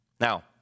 Now